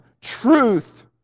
truth